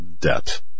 debt